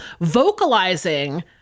vocalizing